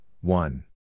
one